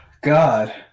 God